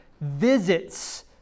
visits